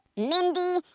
mindy,